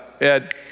Ed